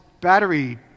battery